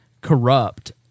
corrupt